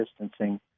distancing